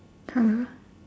!huh!